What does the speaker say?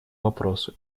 вопросу